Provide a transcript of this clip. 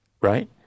Right